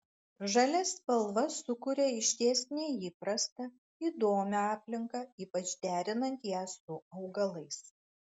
žalia spalva sukuria išties neįprastą įdomią aplinką ypač derinant ją su augalais